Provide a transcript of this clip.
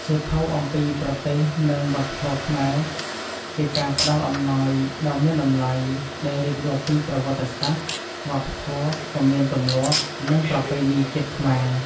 សៀវភៅអំពីប្រទេស និងវប្បធម៌ខ្មែរ ជាការផ្តល់អំណោយដ៏មានតម្លៃ ដែលរៀបរាប់ពីប្រវត្តិសាស្ត្រ វប្បធម៌ ទំនៀមទម្លាប់ និងប្រពៃណីជាតិខ្មែរ។